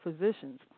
physicians